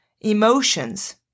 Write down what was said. Emotions